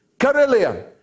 Carillion